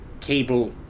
Cable